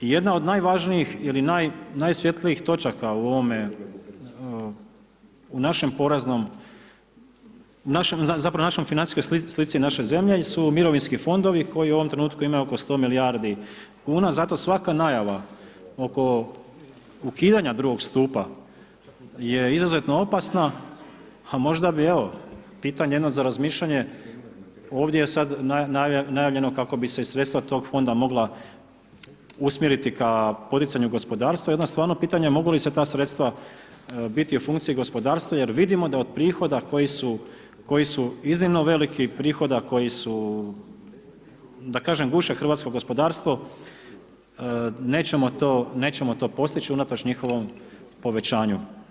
Jedna od najvažnijih ili najsvjetlijih točaka u ovome, u našem poreznom, zapravo našoj financijskoj slici, financijskoj slici naše zemlje su mirovinski fondovi koji u ovom trenutku imaju oko 100 milijardi kuna, zato svaka najava oko ukidanje II. stupa je izuzetno opasna, a možda bih evo, pitanje jedno za razmišljanje, ovdje je sad najavljeno kako bi se i sredstva tog Fonda mogla usmjeriti ka poticanju gospodarstva, i onda je stvarno pitanje mogu li se ta sredstva biti u funkciji gospodarstva jer vidimo da od prihoda koji su, koji su iznimno veliki, prihoda koji su, da kažem guše hrvatsko gospodarstvo, nećemo to, nećemo to postići unatoč njihovom povećanju.